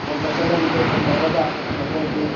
phone ꯇꯧꯁꯤꯜꯂꯒ video call ꯇꯧꯔꯒ ꯃꯈꯣꯏꯒꯤ